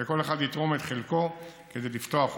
וכל אחד יתרום את חלקו כדי לפתוח אותו.